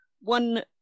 One